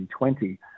2020